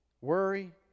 Worry